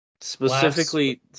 Specifically